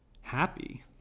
happy